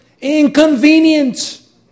Inconvenience